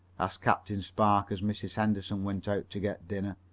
asked captain spark, as mrs. henderson went out to get dinner.